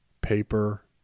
paper